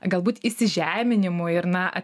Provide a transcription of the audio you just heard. galbūt įsižeminimu ir na